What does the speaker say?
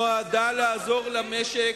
שנועדה לעזור למשק,